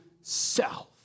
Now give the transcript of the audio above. self